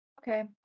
Okay